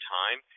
time